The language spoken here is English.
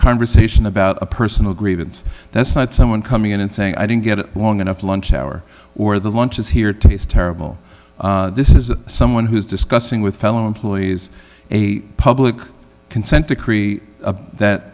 conversation about a personal grievance that's not someone coming in and saying i didn't get a long enough lunch hour or the lunch is here to it's terrible this is someone who is discussing with fellow employees a public consent decree that